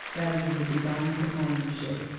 theirs was a divine companionship,